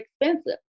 expensive